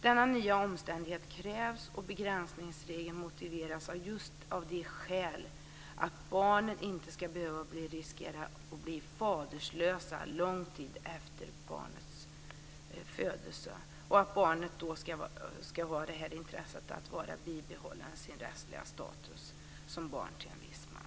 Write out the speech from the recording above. Denna nya omständighet krävs och begränsningsregeln motiveras just av det skälet att barnet inte ska behöva riskera att bli faderlöst lång tid efter sin födelse och att barnet ska ha intresset att vara bibehållet sin rättsliga status som barn till en viss man.